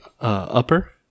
upper